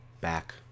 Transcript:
back